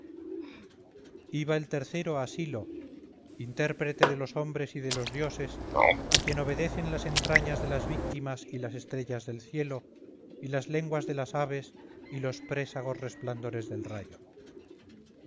hierros iba el tercero asilo intérprete de los hombres y de los dioses a quien obedecen las entrañas de las víctimas y las estrellas del cielo y las lenguas de las aves y los présagos resplandores del rayo